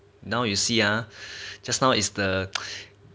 now you see ah just now is the